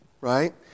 Right